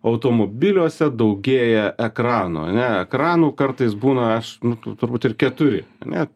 automobiliuose daugėja ekrano ane ekranų kartais būna aš nu t turbūt ir keturi ane